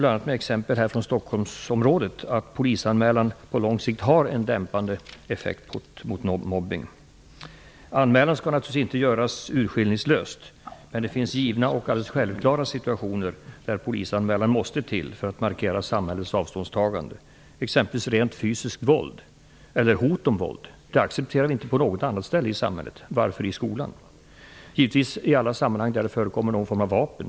Bl.a. exempel från Stockholmsområdet har bevisat att polisanmälningar på lång sikt har en dämpande effekt mot mobbning. En polisanmälan skall naturligtvis inte göras urskillningslöst. Men det finns givna och alldeles självklara situationer där en polisanmälan måste till för att samhällets avståndstagande skall markeras. Vi accepterar t.ex. inte rent fysiskt våld eller hot om våld på något annat ställe i samhälle. Varför skall vi göra det i skolan? Det handlar givetvis om alla sammanhang där det förekommer någon form av vapen.